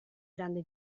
grande